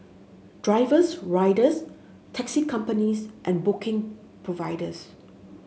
drivers riders taxi companies and booking providers